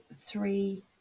three